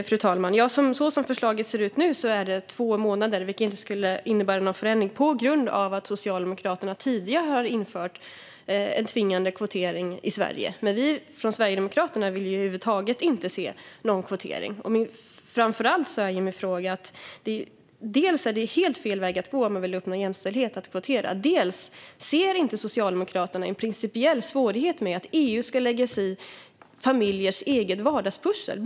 Fru talman! Så som förslaget ser ut nu är det två månader, vilket inte skulle innebära någon förändring - på grund av att Socialdemokraterna tidigare har infört en tvingande kvotering i Sverige. Men vi i Sverigedemokraterna vill över huvud taget inte se någon kvotering. Min fråga handlar framför allt om att kvotering är helt fel väg att gå om man vill uppnå jämställdhet. Ser inte Socialdemokraterna en principiell svårighet med att EU ska lägga sig i familjers eget vardagspussel?